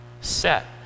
set